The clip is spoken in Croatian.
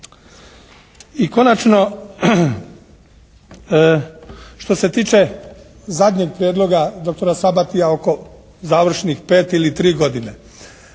I konačno, što se tiče zadnjeg prijedloga doktora Sabatija oko završnih 5 ili 3 godine.